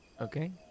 Okay